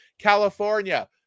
california